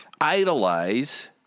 idolize